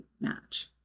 match